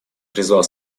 призвал